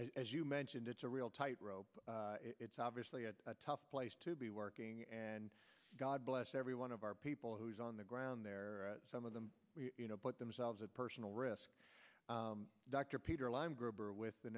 as you mentioned it's a real tight rope it's obviously a tough place to be working and god bless every one of our people who's on the ground there some of them you know put themselves at personal risk dr peter line gruber with the